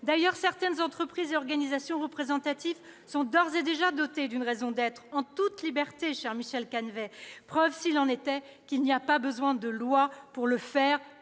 D'ailleurs, certaines entreprises et organisations représentatives se sont d'ores et déjà dotées d'une raison d'être, en toute liberté, cher Michel Canevet, preuve, s'il en était besoin, qu'il n'y a pas besoin d'une loi pour le faire.